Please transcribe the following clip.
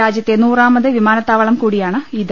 രാജ്യത്തെ നൂറാമത് വിമാനത്താവളം കൂടിയാണ് ഇത്